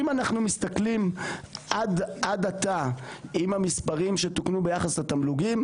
אם אנחנו מסתכלים עד עתה עם המספרים שתוקנו ביחס לתמלוגים,